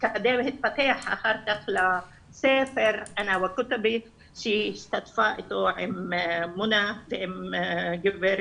שהתפתח אחר כך לספר שהיא השתתפה איתו עם מונא ועם גב'